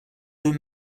deux